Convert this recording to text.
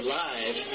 live